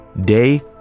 day